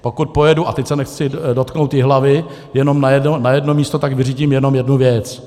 Pokud pojedu, a teď se nechci dotknout Jihlavy, jenom na jedno místo, tak vyřídím jenom jednu věc.